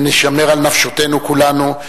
ונישמר על נפשותינו כולנו.